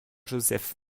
joseph